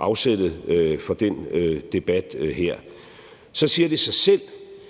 afsættet for den debat her. Så siger det sig selv,